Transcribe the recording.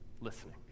listening